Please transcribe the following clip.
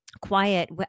quiet